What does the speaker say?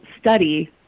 study